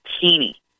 teeny